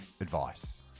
advice